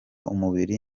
umubiri